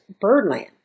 Birdland